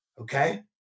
Okay